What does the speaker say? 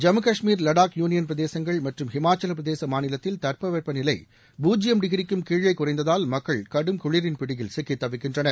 Jammu Kashmir Ladakh union பிரதேசங்கள் மற்றும் ஹிமாசலப்பிரதேச மாநிலத்தில் தட்பவெப்ப நிலை பூஜ்யம் டிகிரிக்கும் கீழே குறைந்ததால் மக்கள் கடும் குளிரின் பிடியில் சிக்கித் தவிக்கின்றனர்